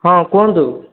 ହଁ କୁହନ୍ତୁ